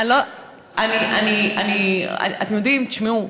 אתם יודעים, תשמעו,